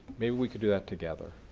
maybe we could do that together?